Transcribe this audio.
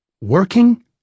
working